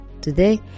Today